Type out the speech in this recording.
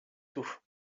tout